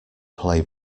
play